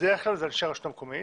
בדרך כלל אלה אנשי הרשות המקומית.